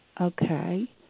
Okay